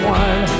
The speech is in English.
one